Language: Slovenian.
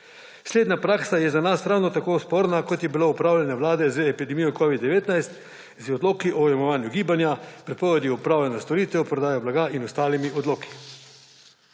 Slednja praksa je za nas ravno tako sporna, kot je bilo v upravljanje Vlade z epidemijo covida-19 z odloki o omejevanju gibanja, prepovedi opravljanja storitev, prodajo blaga in ostalimi odloki.